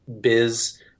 biz